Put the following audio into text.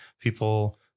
people